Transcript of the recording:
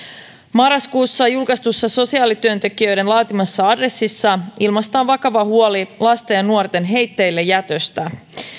marraskuussa julkaistussa sosiaalityöntekijöiden laatimassa adressissa ilmaistaan vakava huoli lasten ja nuorten heitteillejätöstä